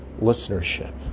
listenership